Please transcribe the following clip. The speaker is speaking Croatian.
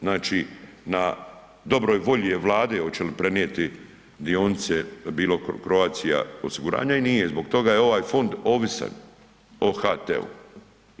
Znači na dobroj volji je Vladi hoće li prenijeti dionice bilo Croatia osiguranja i nije zbog toga je ovaj fond ovisna o HT-u.